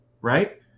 Right